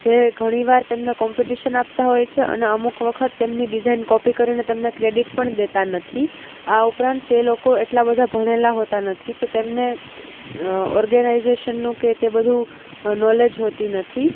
જે ઘણી વાર તેમને કોમ્પિટિશન આપતા હોય છે અને અમુક વખત તેમની ડિઝાઇન કોપી કરીને તેમને ક્રેડિટ પણ દેતા નથી આ ઉપરાંત તે લોકો એટલા બધા ભણેલા હોતા નથી તો તેમને ઓર્ગેનાઇઝેશનનું કે તે બધું નોલેજ હોતી નથી